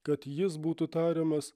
kad jis būtų tariamas